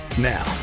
Now